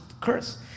curse